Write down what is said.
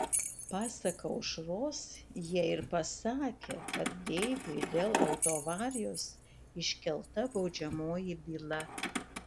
pasak aušros jie ir pasakę kad deiviui dėl autoavarijos iškelta baudžiamoji byla